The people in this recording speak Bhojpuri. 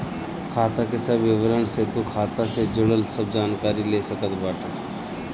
खाता के सब विवरण से तू खाता से जुड़ल सब जानकारी ले सकत बाटअ